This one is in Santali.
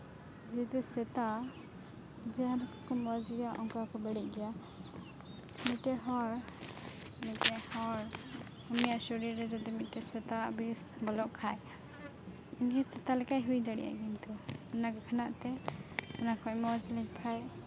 ᱡᱮᱦᱮᱛᱩ ᱥᱮᱛᱟ ᱡᱟᱦᱟᱸᱞᱮᱠᱟ ᱠᱚ ᱢᱚᱡᱽ ᱜᱮᱭᱟ ᱚᱱᱠᱟ ᱠᱚ ᱵᱟᱹᱲᱤᱡᱽ ᱜᱮᱭᱟ ᱢᱤᱫᱴᱮᱡ ᱦᱚᱲ ᱢᱤᱫᱴᱮᱡ ᱦᱚᱲ ᱩᱱᱤᱭᱟᱜ ᱥᱚᱨᱤᱨ ᱨᱮ ᱡᱩᱫᱤ ᱢᱤᱫᱴᱮᱡ ᱥᱮᱛᱟᱣᱟᱜ ᱵᱤᱥ ᱵᱚᱞᱚᱜ ᱠᱷᱟᱡᱽ ᱩᱱᱤᱦᱚᱸ ᱥᱮᱛᱟ ᱞᱮᱠᱟᱭ ᱦᱩᱭ ᱫᱟᱲᱮᱭᱟᱜᱼᱟ ᱠᱤᱱᱛᱩ ᱚᱱᱟ ᱠᱷᱟᱛᱤᱨᱟᱜ ᱛᱮ ᱚᱱᱟ ᱠᱷᱚᱡ ᱢᱚᱡᱽ ᱞᱮᱠᱷᱟᱡᱽ